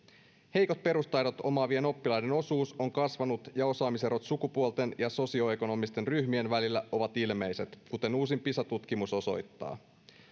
heikot perustaidot omaavien oppilaiden osuus on kasvanut ja osaamiserot sukupuolten ja sosioekonomisten ryhmien välillä ovat ilmeiset kuten uusin pisa tutkimus osoittaa